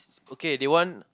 okay they want